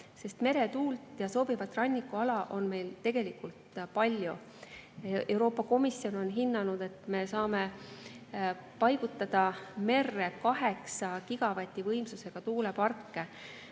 sest meretuult ja sobivat rannikuala on meil tegelikult palju. Euroopa Komisjon on hinnanud, et me saame paigutada merre kaheksa gigavati võimsusega tuuleparke.